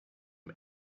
him